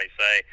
say